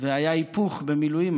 והיה היפוך במילואים,